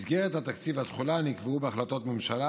מסגרת התקציב והתחולה נקבעו בהחלטות ממשלה